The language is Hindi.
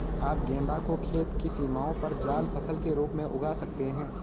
आप गेंदा को खेत की सीमाओं पर जाल फसल के रूप में उगा सकते हैं